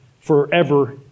forever